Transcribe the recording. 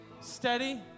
steady